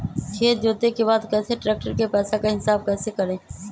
खेत जोते के बाद कैसे ट्रैक्टर के पैसा का हिसाब कैसे करें?